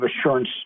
assurance